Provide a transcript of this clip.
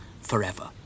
forever